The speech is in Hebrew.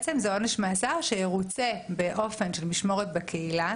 זה עונש מאסר שירוצה באופן של משמרות בקהילה,